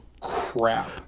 crap